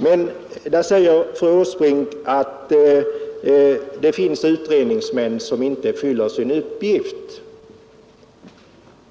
Fru Åsbrink säger att det finns utredningsmän som inte fyller sin uppgift.